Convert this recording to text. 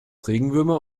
regenwürmer